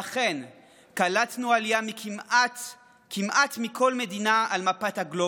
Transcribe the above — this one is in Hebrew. ואכן קלטנו עלייה כמעט מכל מדינה על הגלובוס.